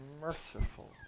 merciful